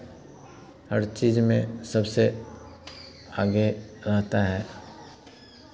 हर चीज़ में सबसे आगे रहता है